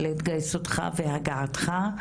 על התגייסותך והגעתך.